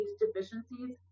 deficiencies